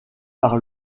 par